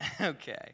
Okay